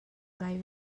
ngai